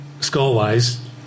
score-wise